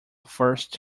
first